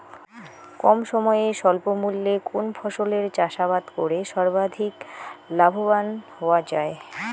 কম সময়ে স্বল্প মূল্যে কোন ফসলের চাষাবাদ করে সর্বাধিক লাভবান হওয়া য়ায়?